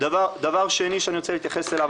דבר שני שאני רוצה להתייחס אליו,